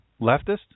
leftist